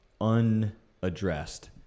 unaddressed